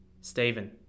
Stephen